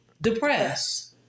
depressed